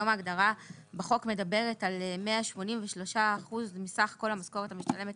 היום ההגדרה בחוק מדברת על 183% מסך כל המשכורת המשתלמת